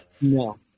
No